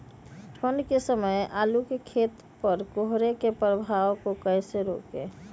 ठंढ के समय आलू के खेत पर कोहरे के प्रभाव को कैसे रोके?